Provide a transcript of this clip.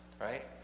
right